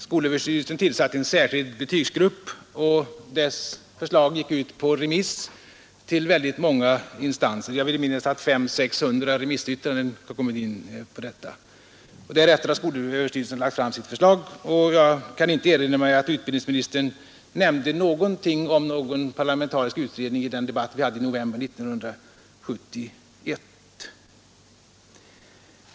Skolöverstyrelsen tillsatte en särskild betygsgrupp, och dess förslag gick ut på remiss till väldigt många instanser. Jag vill minnas att 500-600 remissyttranden har kommit in. Därefter har skolöverstyrelsen lagt fram sitt förslag, och jag kan inte erinra mig att utbildningsministern nämnde någonting om en parlamentarisk utredning i den debatt vi hade i november 1971.